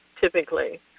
typically